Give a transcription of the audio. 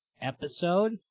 episode